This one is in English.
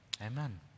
Amen